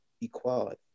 equality